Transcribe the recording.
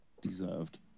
deserved